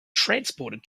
transported